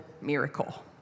miracle